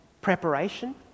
preparation